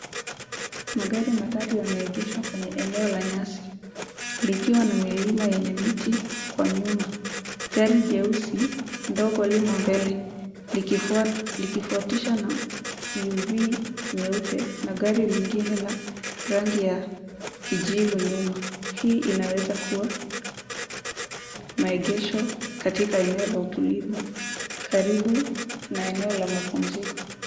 Mgari matatu yameegesha kwenye eneo la nyasi likiwa na milima yenye miti kwa nyuma, gari jeusi ndogo limo mbele likifuatishwa na CUV nyeupe gari lingine lenye rangi ya kijivu nyuma hii inaweza kuwa maegesho katika eneo la utulivu karibu na eneo la mapumziko.